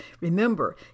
Remember